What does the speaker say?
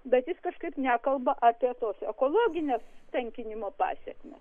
bet jis kažkaip nekalba apie tas ekologines tankinimo pasekmes